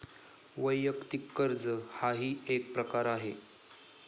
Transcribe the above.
वैयक्तिक कर्ज हाही एक प्रकार आहे